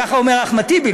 ככה אומר אחמד טיבי,